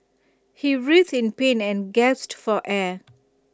he writhed in pain and gasped for air